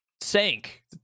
sank